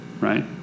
Right